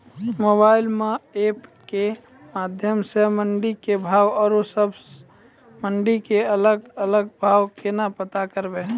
Mobile म app के माध्यम सऽ मंडी के भाव औरो सब मंडी के अलग अलग भाव केना पता करबै?